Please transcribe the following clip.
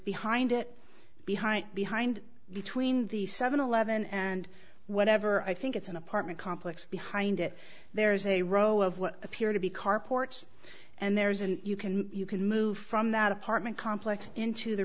behind it behind it behind between the seven eleven and whatever i think it's an apartment complex behind it there is a row of what appear to be carport and there isn't you can you can move from that apartment complex into the